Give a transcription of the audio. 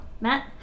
Matt